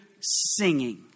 singing